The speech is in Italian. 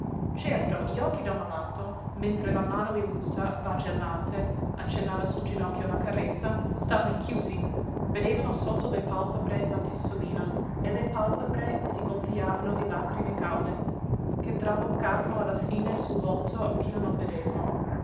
certo gli occhi del malato mentre la mano illusa vagellante accennava sul ginocchio la carezza stavano chiusi vedevano sotto le pàlpebre la testolina e le pàlpebre si gonfiavano di lagrime calde che traboccavano alla fine sul volto ch'io non vedevo